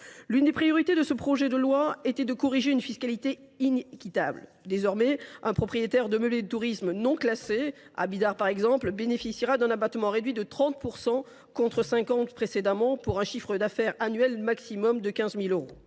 L’une des priorités de cette proposition de loi était de réformer une fiscalité inéquitable : désormais, le propriétaire d’un meublé de tourisme non classé, à Bidart par exemple, bénéficiera d’un abattement réduit à 30 %, contre 50 % aujourd’hui, pour un chiffre d’affaires annuel maximal de 15 000 euros.